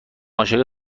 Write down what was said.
عاشق